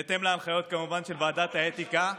כמובן, בהתאם להנחיות של ועדת האתיקה.